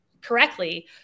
correctly